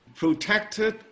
protected